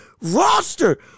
roster